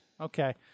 Okay